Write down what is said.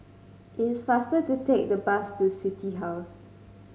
it is faster to take the bus to City House